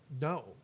no